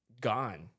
gone